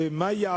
3. מה ייעשה